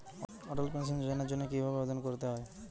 অটল pension যোজনার জন্য কি ভাবে আবেদন করতে হয়?